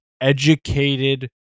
educated